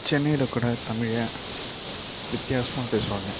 சென்னையில் கூட தமிழை வித்தியாசமாக பேசுவாங்க